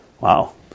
Wow